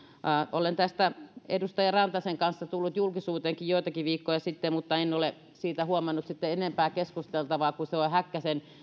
olen tästä edustaja rantasen kanssa tullut julkisuuteenkin joitakin viikkoja sitten mutta en ole siitä huomannut sitten enempää keskusteltavan kun se on häkkäsen